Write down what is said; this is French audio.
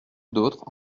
d’autres